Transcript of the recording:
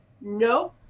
No